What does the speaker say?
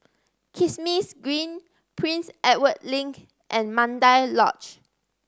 Kismis Green Prince Edward Link and Mandai Lodge